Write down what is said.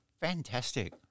Fantastic